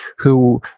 who,